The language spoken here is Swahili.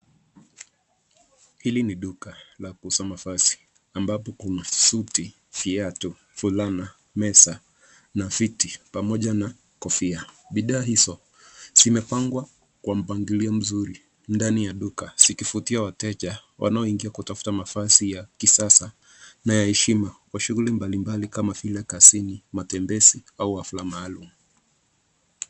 Hili ni duka la kuuza mavazi. Ambapo kuna suti, viatu, fulana, meza na viti pamoja na kofia. Bidhaa hizo zimepangwa kwa mpangilio mzuri ndani ya duka zikivutia wateja wanaoingia kutafuta mavazi ya kisasa na ya heshima kwa shughuli mbalimbali kama vile kazini, matembezi au hafla maalum.